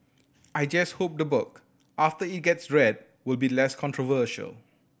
I just hope the book after it gets read will be less controversial